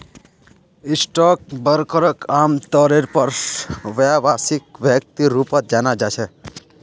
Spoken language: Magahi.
स्टाक ब्रोकरक आमतौरेर पर व्यवसायिक व्यक्तिर रूपत जाना जा छे